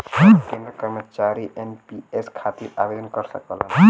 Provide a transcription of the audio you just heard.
सब केंद्र कर्मचारी एन.पी.एस खातिर आवेदन कर सकलन